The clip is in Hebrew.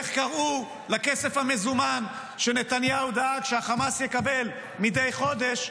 איך קראו לכסף המזומן שנתניהו דאג שחמאס יקבל מדי חודש.